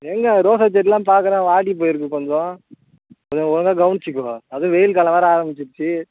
எங்கே ரோஜா செடிலாம் பாக்கிறேன் வாடிப்போய்ருக்கு கொஞ்சம் கொஞ்சம் ஒழுங்கா கவனிச்சுக்கோ அதுவும் வெயில் காலம் வேறு ஆரம்பிச்சிடுச்சி